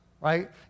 right